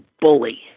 bully